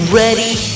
ready